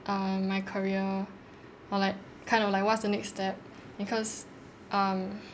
um my career or like kind of like what's the next step because um